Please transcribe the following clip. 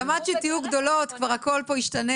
גם עד שאתן תהיו גדולות כבר הכל פה ישתנה,